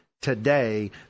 today